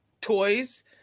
toys